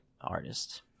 artist